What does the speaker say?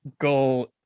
goal